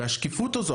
והשקיפות הזו,